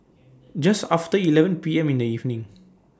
Just after eleven P M in The evening